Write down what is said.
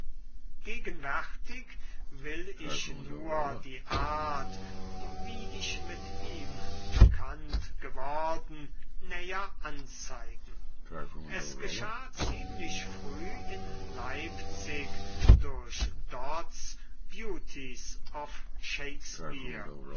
gegenwärtig will ich nur die art wie ich mit ihm bekannt geworden näher anzeigen es geschah ziemlich früh in leipzig durch dodds beauties of shakespeare